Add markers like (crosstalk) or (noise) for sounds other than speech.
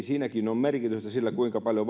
(unintelligible) siinäkin on merkitystä sillä kuinka paljon (unintelligible)